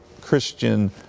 Christian